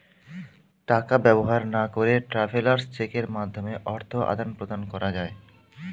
টাকা ব্যবহার না করে ট্রাভেলার্স চেকের মাধ্যমে অর্থ আদান প্রদান করা যায়